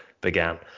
began